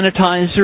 sanitizer